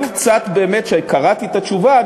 כאשר קראתי את התשובה,